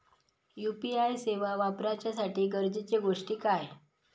UPI सेवा वापराच्यासाठी गरजेचे गोष्टी काय?